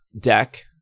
Deck